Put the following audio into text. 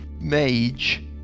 Mage